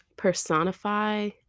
personify